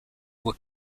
were